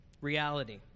reality